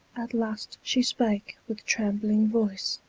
at last she spake with trembling voyce,